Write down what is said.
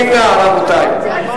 ההסתייגות של קבוצת סיעת מרצ לסעיף 01,